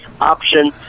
option